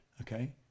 okay